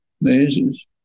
mazes